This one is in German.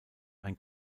ein